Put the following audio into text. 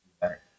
better